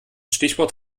stichwort